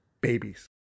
babies